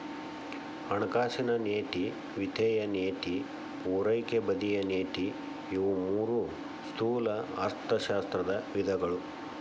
ಹಣಕಾಸಿನ ನೇತಿ ವಿತ್ತೇಯ ನೇತಿ ಪೂರೈಕೆ ಬದಿಯ ನೇತಿ ಇವು ಮೂರೂ ಸ್ಥೂಲ ಅರ್ಥಶಾಸ್ತ್ರದ ವಿಧಗಳು